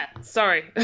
sorry